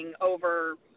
over